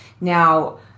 Now